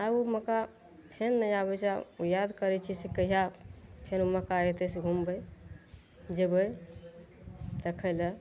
उ मौका फेन नहि आबय छै याद करय छियै से कहिया फेन ओ मौका अयतय से घूमबय जेबय देखय लए